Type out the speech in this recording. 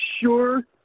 sure